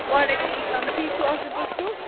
وعلیکُم اسلام ٹھیٖک چھُو اَصٕل پٲٹھۍ چھُو